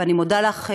ואני מודה לך,